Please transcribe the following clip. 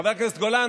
חבר הכנסת גולן,